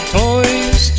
toys